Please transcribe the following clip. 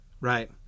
right